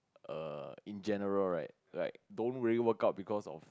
err in general right like don't really work out because of